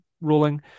ruling